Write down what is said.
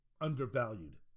undervalued